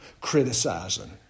criticizing